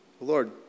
Lord